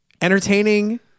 entertaining